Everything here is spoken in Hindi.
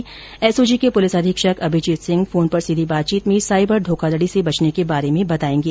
साथ ही एसओजी के पुलिस अधीक्षक अभीजीत सिंह फोन पर सीधी बातचीत में साईबर धोखाधडी से बचने के बारे में बतायेंगे